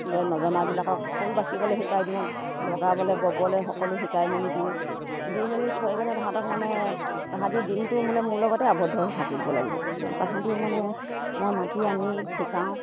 যে নজনাবিলাকক ফুল বাচিবলৈ শিকাই দিওঁ লগাবলৈ ববলৈ সকলো শিকাই মেলি দিওঁ দি মেলি থৈ কিনে সিহঁতক মানে সিহঁতি দিনটো মোলৈ মোৰ লগতে আৱদ্ধ হৈ থাকিব লাগিব সিহঁতিক মানে মই মাতি আনি শিকাওঁ